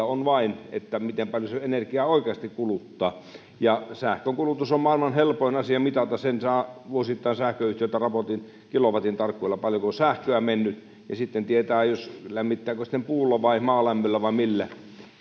on vain sillä miten paljon se vanha omakotitalo energiaa oikeasti kuluttaa sähkön kulutus on maailman helpoin asia mitata saa vuosittain sähköyhtiöltä raportin kilowatin tarkkuudella paljonko on sähköä mennyt ja sitten tietää lämmittääkö puulla vai maalämmöllä vai millä